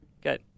good